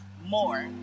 more